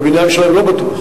והבניין שלהם לא בטוח,